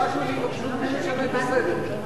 השאלה שלי היא, מי משנה את הסדר?